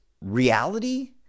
reality